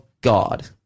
God